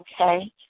Okay